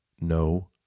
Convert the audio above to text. no